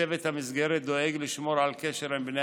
צוות המסגרת דואג לשמור על קשר עם בני